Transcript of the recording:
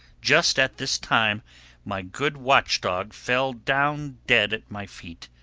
just at this time my good watch dog fell down dead at my feet.